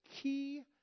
key